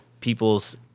people's